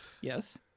yes